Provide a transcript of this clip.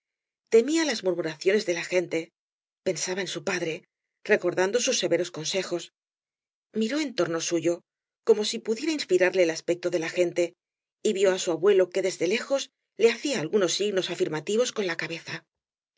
temía las murmuraciones de la gente pensaba en su padre recordando sus se veros consejos miró en torno suyo como si pudiera inspirarle el aspecto de la gente y vio á su abuelo que desde lejos le hacia signos afirmativos con la cabeza